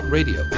Radio